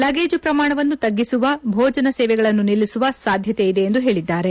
luggage ಪ್ರಮಾಣವನ್ನು ತಗ್ಗಿಸುವ ಭೋಜನ ಸೇವೆಗಳನ್ನು ನಿಲ್ಲಿಸುವ ಸಾಧ್ಯತೆಯಿದೆ ಎಂದು ಹೇಳಿದ್ದಾರೆ